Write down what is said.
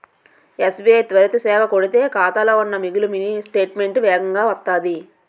SBI త్వరిత సేవ కొడితే ఖాతాలో ఉన్న మిగులు మినీ స్టేట్మెంటు వేగంగా వత్తాది